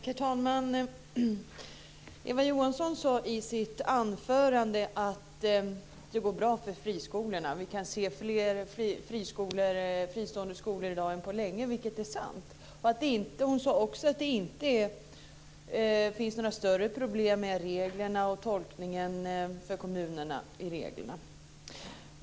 Herr talman! Eva Johansson sade i sitt anförande att det går bra för friskolorna. Vi kan se fler fristående skolor i dag än på länge, vilket är sant. Hon sade också att det inte finns några större problem med tolkningen av reglerna för kommunerna.